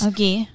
Okay